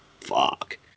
Fuck